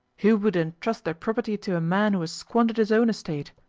who would entrust their property to a man who has squandered his own estate?